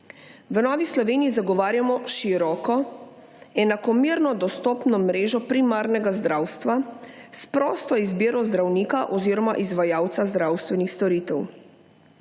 V Novi Sloveniji zagovarjamo široko, enakomerno dostopno mrežo primarnega zdravstva, s prosto izbiro zdravnika oziroma izvajalca zdravstvenih storitev.